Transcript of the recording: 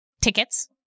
tickets